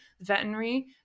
Veterinary